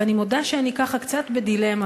ואני מודה שאני ככה קצת בדילמה,